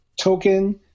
token